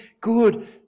good